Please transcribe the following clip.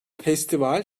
festival